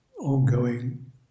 ongoing